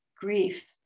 Grief